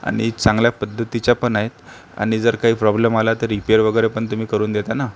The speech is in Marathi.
आणि चांगल्या पद्धतीच्या पण आहेत आणि जर काही प्रॉब्लेम आला तर रिपेयर वगैरे पण तुम्ही करून देता ना